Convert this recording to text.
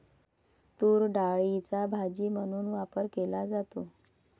तूरडाळीचा भाजी म्हणून वापर केला जातो